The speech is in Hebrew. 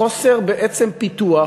חוסר בעצם בפיתוח,